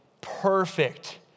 perfect